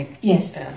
yes